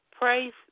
Praise